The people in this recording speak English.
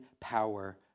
power